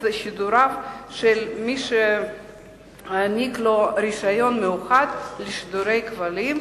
שידוריו של מי שהוענק לו רשיון מיוחד לשידורי כבלים,